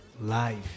Life